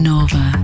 Nova